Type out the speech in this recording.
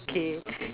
okay